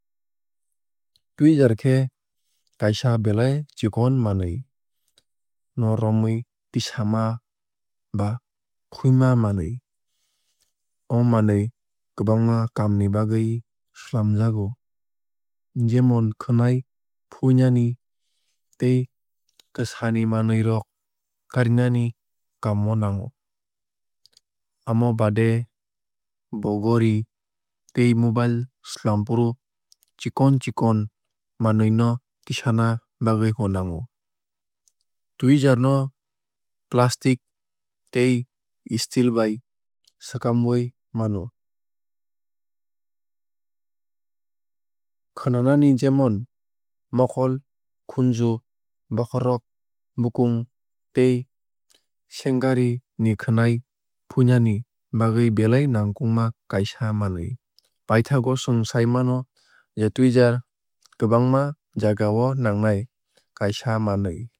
Tweezer khe kaisa belai chikon manwui no romwui tisama ba fuima manwui. O manwui kwbangma kaam ni bagwui swlamjago jemon khwnai fuinani tei kwsani manwui rok karinani kaam o nango. Amo baade bo gori tei mobile swlamfru chikon chikon manwui no tisana bagwui bo nango. Tweezer no plastic tei steel bai swkamwui mano. Khwnani jemon mokol khunju bokhorok bukung tei sengari ni khwnai fuinani bagwui belai nangkukma kaisa manwui. Paithago chwng sai mano je tweezer kwbangma jaga o nangnai kaisa manwui.